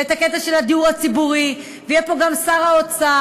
ואת הקטע של הדיור הציבורי, ויהיה פה גם שר האוצר.